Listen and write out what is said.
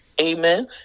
amen